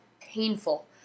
painful